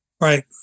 Right